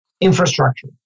infrastructure